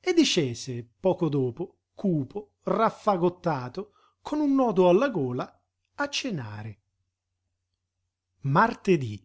e discese poco dopo cupo raffagottato con un nodo alla gola a cenare martedí